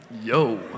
Yo